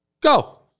go